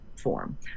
form